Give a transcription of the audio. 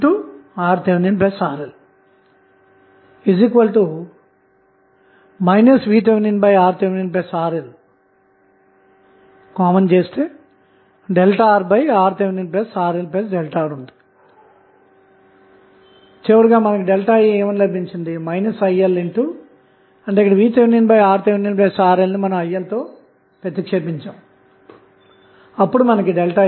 ఇక్కడ ఇది 3vx ఆధారిత మైన వోల్టేజ్ సోర్స్ ఇది 1 ohm రెసిస్టెన్స్ ఇది 2 ohm రెసిస్టెన్స్ మరియు ఇది 4 ohm రెసిస్టెన్స్ థెవినిన్ రెసిస్టెన్స్ ను కనుక్కోవాలన్నమాట